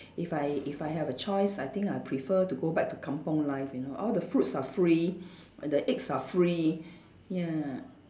if I if I have a choice I think I prefer to go back to kampung life you know all the fruits are free the eggs are free ya